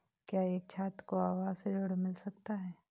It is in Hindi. क्या एक छात्र को आवास ऋण मिल सकता है?